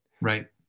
right